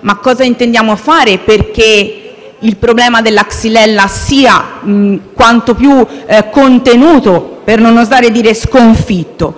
ma cosa intendiamo fare perché il problema sia quanto più contenuto possibile, per non osare dire sconfitto?